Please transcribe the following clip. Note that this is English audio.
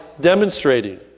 demonstrating